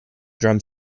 drum